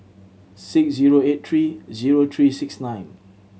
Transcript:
six zero eight three zero three six nine